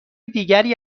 دیگری